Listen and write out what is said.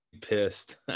pissed